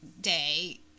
day